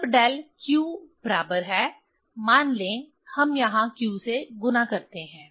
तब del q बराबर है मान लें हम यहां q से गुणा करते हैं